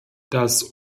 das